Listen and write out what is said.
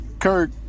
Kirk